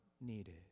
needed